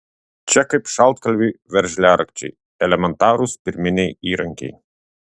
čia kaip šaltkalviui veržliarakčiai elementarūs pirminiai įrankiai